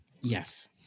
Yes